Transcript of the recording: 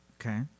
Okay